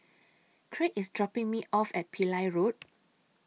Craig IS dropping Me off At Pillai Road